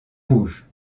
rouge